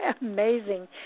amazing